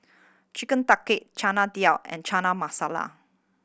Chicken Tikka Chana Dal and Chana Masala